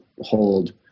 hold